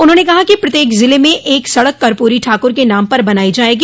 उन्होंने कहा कि प्रत्येक जिले में एक सड़क कूर्परी ठाकुर के नाम पर बनायी जायेगी